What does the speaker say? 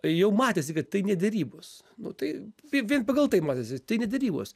jau matėsi kad tai ne derybos nu tai vie vien pagal tai matėsi tai ne derybos